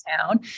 town